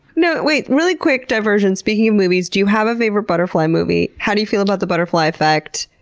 no wait, really quick diversion. speaking of movies, do you have a favorite butterfly movie? how do you feel about the butterfly effect?